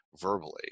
verbally